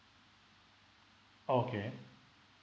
oh okay